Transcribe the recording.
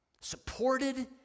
supported